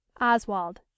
Oswald